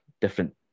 different